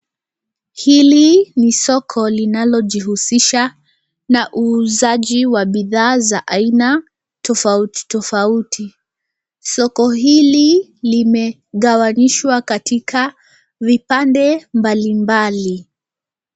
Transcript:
Hili ni soko linalojihusisha na uuzaji wa bidhaa za aina tofautitofauti. Soko hili limegawanyishwa katika vipande mbalimbali.